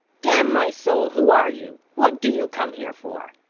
damn my soul! who are you? what do you come here for?